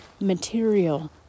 material